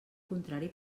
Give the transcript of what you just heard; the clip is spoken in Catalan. contrari